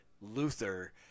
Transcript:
Luther